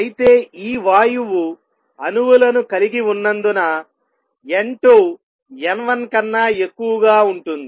అయితే ఈ వాయువు అణువులను కలిగి ఉన్నందున N2 N1 కన్నా ఎక్కువగా ఉంటుంది